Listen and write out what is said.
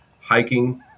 hiking